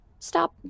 Stop